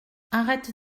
arrête